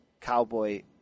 cowboy